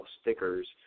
stickers